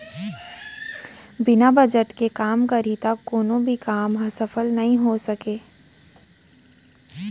बिना बजट के काम करही त कोनो भी काम ह सफल नइ हो सकय